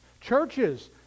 Churches